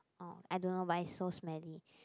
orh I don't know but it's so smelly